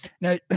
Now